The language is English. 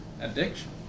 addiction